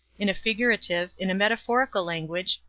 in a figurative, in a metaphorical language,